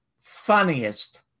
funniest